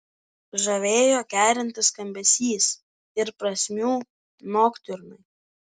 žavėjo kerintis skambesys ir prasmių noktiurnai